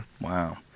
Wow